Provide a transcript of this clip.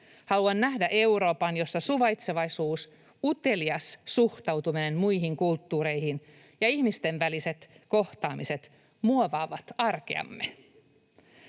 Haluan nähdä Euroopan, jossa suvaitsevaisuus, utelias suhtautuminen muihin kulttuureihin ja ihmisten väliset kohtaamiset muovaavat arkeamme.